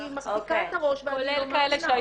אני מחזיקה את הראש ולא מאמינה.